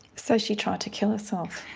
so, she tried to kill herself?